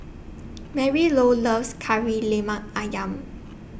Marylou loves Kari Lemak Ayam